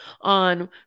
on